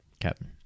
Captain